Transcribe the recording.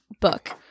book